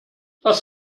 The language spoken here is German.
was